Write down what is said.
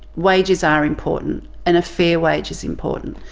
wages are important and a fair wage is important,